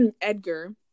Edgar